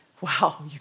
wow